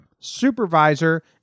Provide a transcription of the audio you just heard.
supervisor